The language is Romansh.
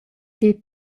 pil